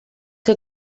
que